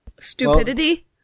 Stupidity